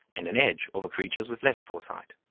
and an edge over creatures with less foresight.